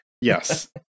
Yes